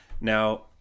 Now